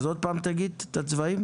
אז עוד פעם תגיד את הצבעים?